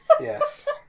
yes